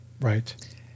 Right